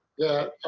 the